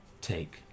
take